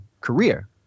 career